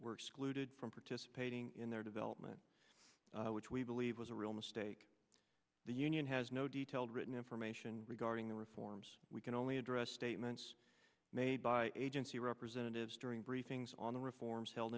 were excluded from participating in their development which we believe was a real mistake the union has no detailed written information regarding the reforms we can only address statements made by agency representatives during briefings on the reforms held